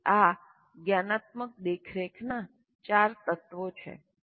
તેથી આ જ્ઞાનાત્મક દેખરેખના ચાર તત્વો છે